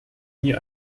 nie